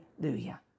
Hallelujah